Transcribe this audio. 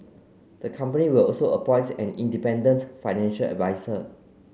the company will also appoint an independent financial adviser